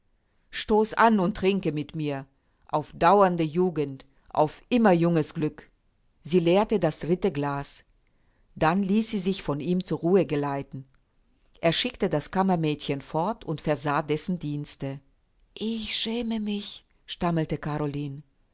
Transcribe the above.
stoß an und trinke mit mir auf dauernde jugend auf immer junges glück sie leerte das dritte glas dann ließ sie sich von ihm zur ruhe geleiten er schickte das kammermädchen fort und versah dessen dienste ich schäme mich stammelte caroline